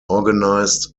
organised